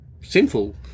sinful